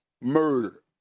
murder